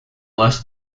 less